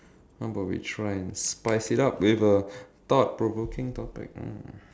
how about we try and spice it up with a thought provoking topic mm